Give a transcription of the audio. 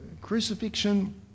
crucifixion